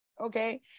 Okay